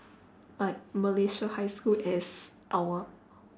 like malaysia high school as our